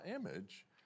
image